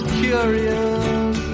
curious